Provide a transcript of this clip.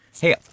Hey